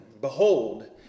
behold